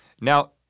Now